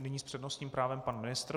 Nyní s přednostním právem pan ministr.